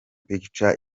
pictures